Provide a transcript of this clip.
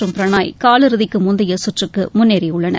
மற்றும் பிரனாய் காலிறுதிக்கு முந்தைய சுற்றுக்கு முன்னேறியுள்ளனர்